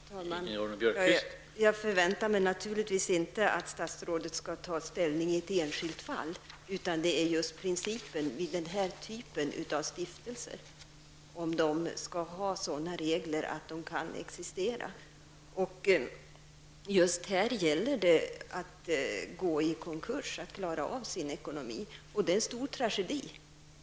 Herr talman! Jag förväntar mig naturligtvis inte att statsrådet skall ta ställning i ett enskilt fall, utan min fråga avser just principen när det gäller den här typen av stiftelser, om reglerna skall vara sådana att det är möjligt för dessa stiftelser att existera. I just det här fallet är det kanske nödvändigt för stiftelsen att gå i konkurs, eftersom man inte klarar av sin ekonomi. Det är en stor tragedi.